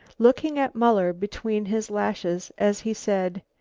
looking at muller between his lashes as he said,